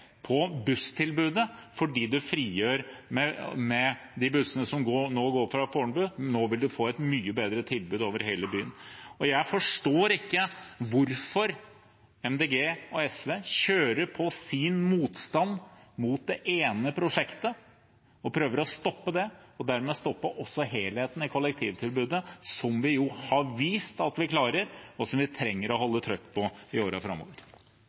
på busstilbudet fordi vi frigjør de bussene som nå går fra Fornebu. Nå vil vi få et mye bedre tilbud over hele byen. Jeg forstår ikke hvorfor Miljøpartiet De Grønne og SV kjører på med sin motstand mot det ene prosjektet og prøver å stoppe det og dermed stoppe helheten i kollektivtilbudet, som vi har vist at vi klarer, og som vi trenger å holde trykk på i årene framover.